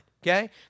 Okay